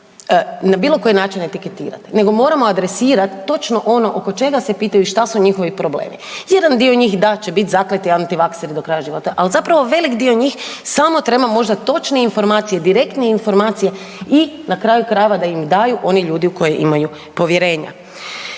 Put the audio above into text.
na bilokoji način etiketirati nego moramo adresirat točno ono oko čega se pitaju šta su njihovi problemi. Jedan dio njih da će biti zakleti antivakser do kraja života ali zapravo velik dio njih samo treba možda točne informacije, direktne informacije i na kraju krajeva, da im daju oni ljudi u koje imaju povjerenja.